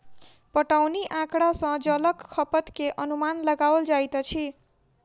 पटौनी आँकड़ा सॅ जलक खपत के अनुमान लगाओल जाइत अछि